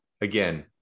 again